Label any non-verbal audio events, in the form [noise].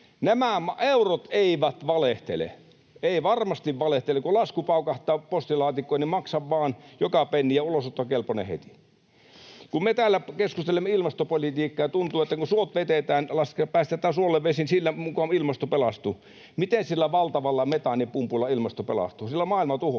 nämä eurot eivät valehtele, eivät varmasti valehtele. Kun lasku paukahtaa postilaatikkoon, niin maksa vaan joka penni, ja se on ulosottokelpoinen heti. Kun me täällä keskustelemme ilmastopolitiikasta ja tuntuu, että kun päästetään suolle vesi, niin sillä muka ilmasto pelastuu. Miten sillä valtavalla metaanipumpulla [noise] ilmasto pelastuu? Sillä maailma tuhotaan.